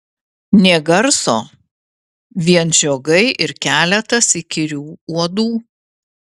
nė garso vien žiogai ir keletas įkyrių uodų